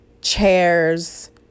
chairs